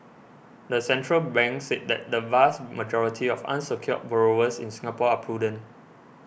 the central bank said that the vast majority of unsecured borrowers in Singapore are prudent